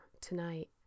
tonight